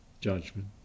judgment